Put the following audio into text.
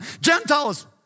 Gentiles